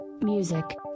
music